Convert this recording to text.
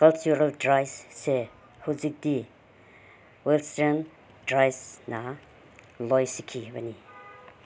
cultural ꯗ꯭ꯔꯦꯁꯁꯦ ꯍꯧꯖꯤꯛꯇꯤ western ꯗ꯭ꯔꯦꯁꯅ ꯂꯣꯏꯁꯤꯟꯈꯤꯕꯅꯤ